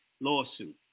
lawsuit